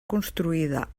construïda